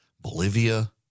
Bolivia